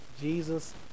Jesus